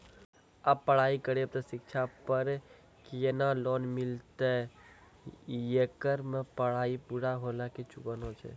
आप पराई करेव ते शिक्षा पे केना लोन मिलते येकर मे पराई पुरा होला के चुकाना छै?